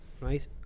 right